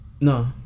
No